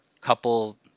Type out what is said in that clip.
couple